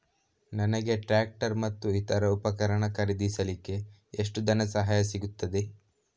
ನನಗೆ ಟ್ರ್ಯಾಕ್ಟರ್ ಮತ್ತು ಇತರ ಉಪಕರಣ ಖರೀದಿಸಲಿಕ್ಕೆ ಎಷ್ಟು ಧನಸಹಾಯ ಸಿಗುತ್ತದೆ?